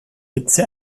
hitze